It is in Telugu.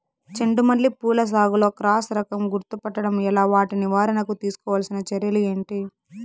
చెండు మల్లి పూల సాగులో క్రాస్ రకం గుర్తుపట్టడం ఎలా? వాటి నివారణకు తీసుకోవాల్సిన చర్యలు ఏంటి?